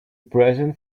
present